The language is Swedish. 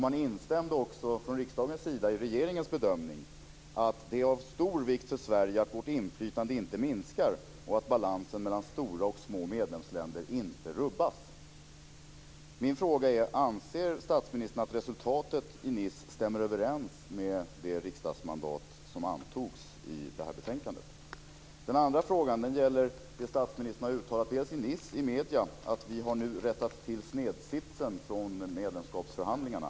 Man instämde också från riksdagens sida i regeringens bedömning: att det är av stor vikt för Sverige att vårt inflytande inte minskar och att balansen mellan stora och små medlemsländer inte rubbas. Min fråga är: Anser statsministern att resultatet i Nice stämmer överens med det riksdagsmandat som antogs i det här betänkandet? Den andra frågan gäller det statsministern har uttalat i Nice inför medierna: Vi har nu rättat till snedsitsen från medlemskapsförhandlingarna.